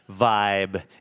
vibe